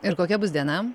ir kokia bus diena